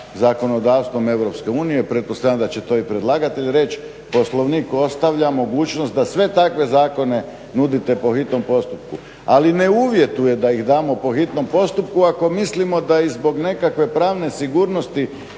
zakonodavstvom EU pretpostavljam da će to i predlagatelj reći Poslovnik ostavlja mogućnost da sve takve zakone nudite po hitnom postupku, ali ne uvjetuje da ih dajemo po hitnom postupku ako mislimo da i zbog nekakve pravne sigurnosti